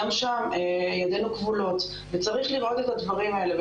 גם שם ידינו כבולות וצריך לראות את הדברים האלה.